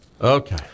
Okay